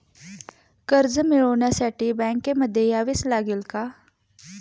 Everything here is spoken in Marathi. कर्ज मिळवण्यासाठी बँकेमध्ये यावेच लागेल का?